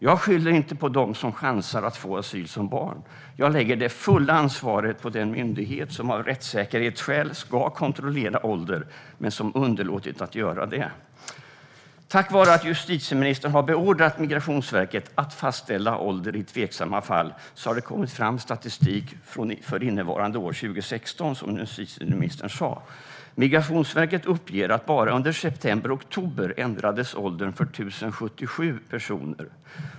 Jag skyller inte på dem som chansar på att få asyl som barn; jag lägger det fulla ansvaret på den myndighet som av rättssäkerhetsskäl ska kontrollera ålder men underlåtit att göra det. Tack vare att justitieministern beordrat Migrationsverket att fastställa ålder i tveksamma fall har det kommit fram statistik för innevarande år, 2016, som justitieministern sa. Migrationsverket uppger att bara under september och oktober ändrades åldern för 1 077 personer.